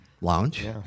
lounge